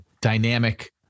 dynamic